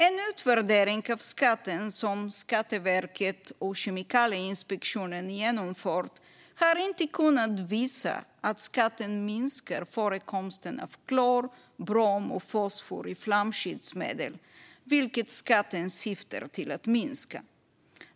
En utvärdering av skatten som Skatteverket och Kemikalieinspektionen genomfört har inte kunnat visa att skatten minskar förekomsten av klor, brom och fosfor i flamskyddsmedel, vilket den syftade till att göra.